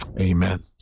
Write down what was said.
Amen